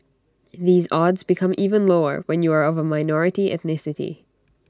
these odds become even lower when you are of minority ethnicity